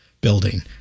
building